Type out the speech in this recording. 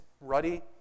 ruddy